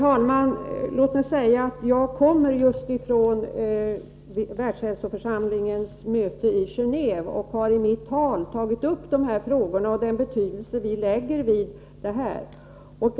Herr talman! Jag kommer just från världshälsoorganisationens möte i Genéve och har i mitt tal där tagit upp de här frågorna och den betydelse vi fäster vid dem.